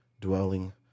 dwelling